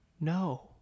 no